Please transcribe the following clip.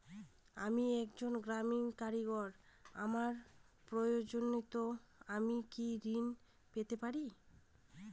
আমি একজন গ্রামীণ কারিগর আমার প্রয়োজনৃ আমি কি ঋণ পেতে পারি?